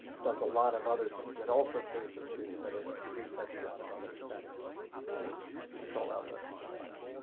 does a lot of other things. it also clears the screen but it resets a lot of other settings and control-l doesn't do all that.